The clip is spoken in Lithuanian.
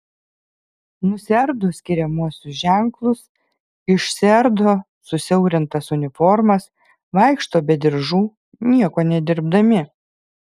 nusiardo skiriamuosius ženklus išsiardo susiaurintas uniformas vaikšto be diržų nieko nedirbdami